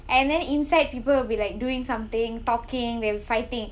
and then inside people will be like doing something talking and fighting